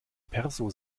perso